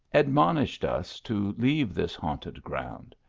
admonished us to leave this minted gronnd,